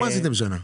מה עשיתם במשך שנה?